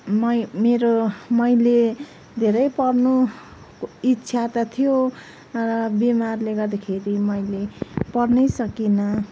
मै मेरो मैले धेरै पढ्नु इच्छा त थियो तर बिमारले गर्दाखेरि मैले पढ्नै सकिनँ